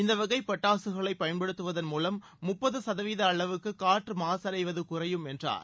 இந்த வகை பட்டாசுகளை பயன்படுத்துவதன் மூலம் முப்பது சதவீத அளவுக்கு காற்று மாசடைவது குறையும் என்றார்